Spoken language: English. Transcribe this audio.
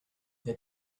the